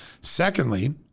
Secondly